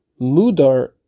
Mudar